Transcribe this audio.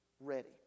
ready